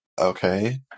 okay